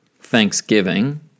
Thanksgiving